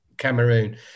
cameroon